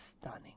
stunning